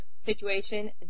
situation